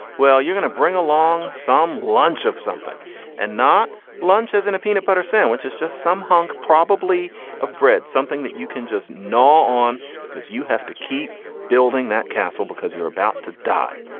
well you're going to bring along some lunch of something and not lunch and a peanut butter sandwich it's just some hunk probably of bread something that you can just gnaw on because you have to keep building that castle because you're about to die.